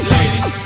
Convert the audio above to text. Ladies